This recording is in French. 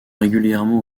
régulièrement